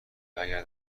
واگر